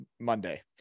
Monday